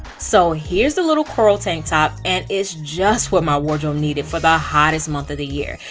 so here's the little coral tank top and it's just what my wardrobe needed for the hottest month of the year.